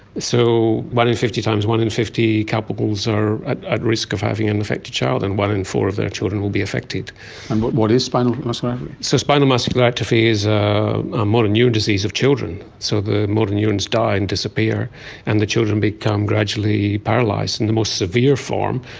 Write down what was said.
so one in fifty times one in fifty couples are at risk of having an affected child, and one in four of their children will be affected. and what what is spinal muscular atrophy? so spinal muscular atrophy is a ah motor neuron disease of children. so the motor neurons die and disappear and the children become gradually paralysed. and the most severe form,